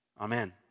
Amen